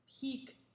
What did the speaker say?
peak